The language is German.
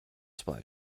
zwei